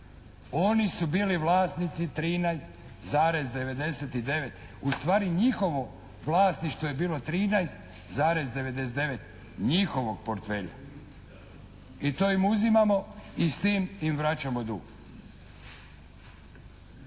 Oni su bili vlasnici 13,99. Ustvari njihovo vlasništvo je bilo 13,99 njihovog portfelja i to im uzimamo i s tim im vraćamo dug.